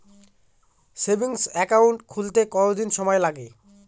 Savings account খুলতে কতদিন সময় লাগে?